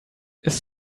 ist